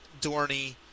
Dorney